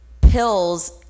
pills